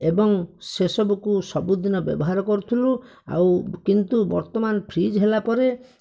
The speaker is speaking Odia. ଏବଂ ସେସବୁ କୁ ସବୁଦିନ ବ୍ୟବହାର କରୁଥିଲୁ ଆଉ କିନ୍ତୁ ବର୍ତ୍ତମାନ ଫ୍ରିଜ ହେଲାପରେ